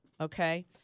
okay